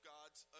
God's